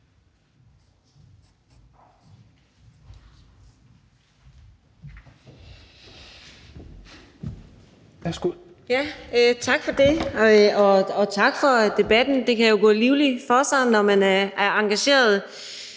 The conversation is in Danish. Tak for det, og tak for debatten. Det kan jo gå livligt for sig, når man er engageret.